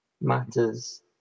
matters